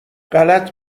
غلط